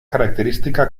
característica